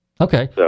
Okay